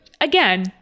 again